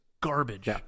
garbage